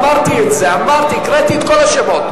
אמרתי את זה, הקראתי את כל השמות.